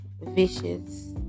vicious